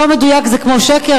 לא מדויק זה כמו שקר,